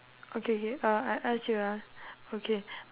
okay okay uh I ask you ah okay